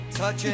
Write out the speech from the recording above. Touching